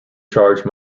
charge